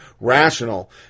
rational